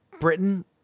Britain